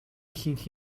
ихэнх